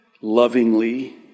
lovingly